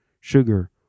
sugar